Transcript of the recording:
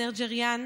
אנרג'יאן.